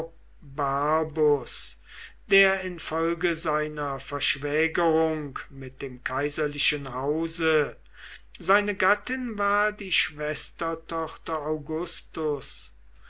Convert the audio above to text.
der infolge seiner verschwägerung mit dem kaiserlichen hause seine gattin war die schwestertochter augusts